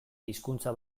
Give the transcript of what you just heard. hizkuntza